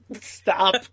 Stop